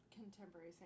Contemporary